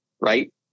right